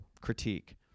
critique